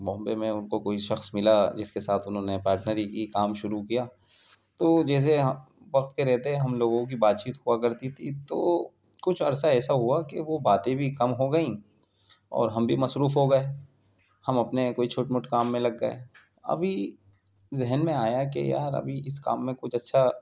بامبے میں ان کو کوئی شخص ملا جس کے ساتھ انہوں نے پارٹنری کا کام شروع کیا تو جیسے وقت کے رہتے ہم لوگوں کی بات چیت ہوا کرتی تھی تو کچھ عرصہ ایسا ہوا کہ وہ باتیں بھی کم ہو گئیں اور ہم بھی مصروف ہو گئے ہم اپنے کوئی چھوٹے موٹے کام میں لگ گئے ابھی ذہن میں آیا ہے کہ یار ابھی اس کام میں کچھ اچھا